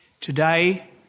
Today